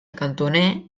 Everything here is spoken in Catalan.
cantoner